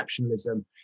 exceptionalism